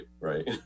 right